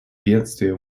бедствия